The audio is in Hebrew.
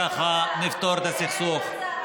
ככה נפתור את הסכסוך.